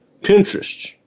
Pinterest